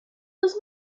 was